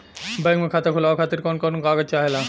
Bank मे खाता खोलवावे खातिर कवन कवन कागज चाहेला?